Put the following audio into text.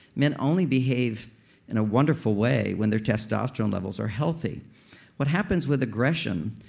men only behave in a wonderful way when their testosterone levels are healthy what happens with aggression,